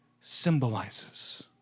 symbolizes